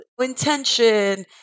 intention